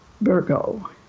Virgo